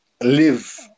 live